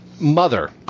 mother